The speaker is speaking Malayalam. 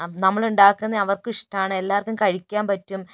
നമ്മളുണ്ടാക്കുന്നത് അവർക്കിഷ്ടമാണ് എല്ലാവർക്കും കഴിക്കാൻ പറ്റും